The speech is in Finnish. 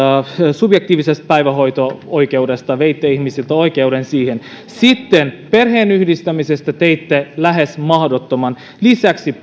subjektiivisesta päivähoito oikeudesta veitte ihmisiltä oikeuden siihen sitten perheenyhdistämisestä teitte lähes mahdottoman lisäksi